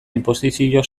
inposizio